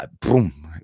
boom